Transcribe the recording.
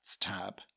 tab